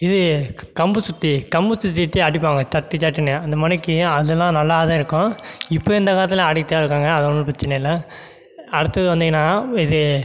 இது கம்பு சுத்தி கம்பு சுத்திட்டு அடிப்பாங்க தட்டு தட்டுனு அந்தமாரிக்கி அதெல்லாம் நல்லாதான் இருக்கும் இப்போ இந்தக் காலத்தில் ஆடிட்டு தான் இருக்காங்க அதில் ஒன்னும் பிரச்சனை இல்லை அடுத்து வந்தீங்கன்னா இது